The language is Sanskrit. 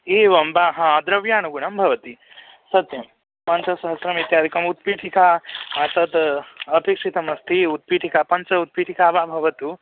एवं वा हा द्रव्यानुगुणं भवति सत्यं पञ्चसहस्रं इत्यादिकम् उत्पीठिका तत् अपेक्षितमस्ति उत्पीठिका पञ्च उत्पीठिकाः वा भवतु